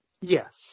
Yes